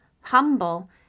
humble